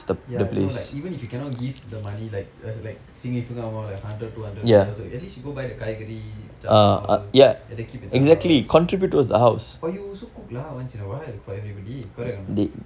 ya no like even if you cannot give the money like a like significant amount like hundred two hundred there also at least you go buy the காய்கறி ஜாமாம்:kaaikari jaamam all and then keep in the house or you also cook lah once in a while for everybody correct or not